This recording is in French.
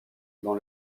dans